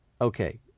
Okay